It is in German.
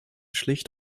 schlicht